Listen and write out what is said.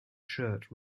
shirt